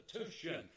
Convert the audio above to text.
institution